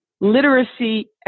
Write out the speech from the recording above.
Literacy